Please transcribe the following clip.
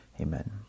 Amen